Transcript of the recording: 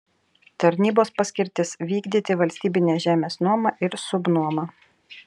tarnybos paskirtis vykdyti valstybinės žemės nuomą ir subnuomą